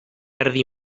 erdi